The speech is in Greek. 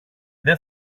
δεν